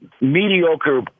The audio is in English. Mediocre